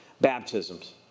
baptisms